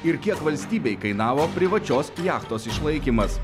ir kiek valstybei kainavo privačios jachtos išlaikymas